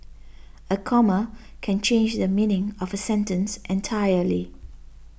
a comma can change the meaning of a sentence entirely